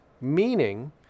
Meaning